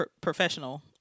professional